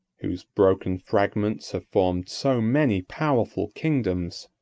whose broken fragments have formed so many powerful kingdoms,